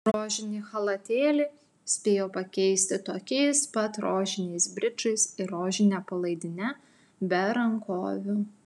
rožinį chalatėlį spėjo pakeisti tokiais pat rožiniais bridžais ir rožine palaidine be rankovių